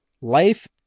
Life